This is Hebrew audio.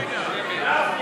חברי הכנסת,